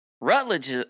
Rutledge